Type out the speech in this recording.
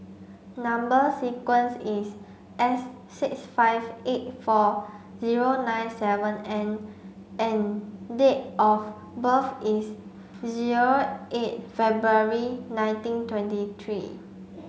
number sequence is S six five eight four zero nine seven N and date of birth is zero eight February nineteen twenty three